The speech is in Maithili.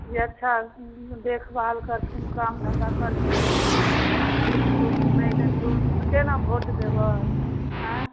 जे अच्छा देखभाल करथुन काम धन्धा करथुन घूस तूस नहि लेथुन हुनके ने भोट देबै अँए